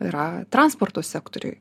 yra transporto sektoriuj